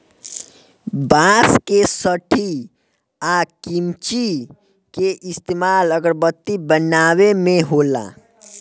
बांस के सठी आ किमची के इस्तमाल अगरबत्ती बनावे मे होला